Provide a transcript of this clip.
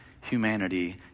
humanity